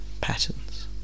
Patterns